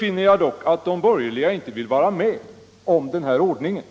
finner jag dock att de borgerliga inte vill vara med om den här ordningen.